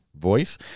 voice